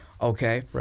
okay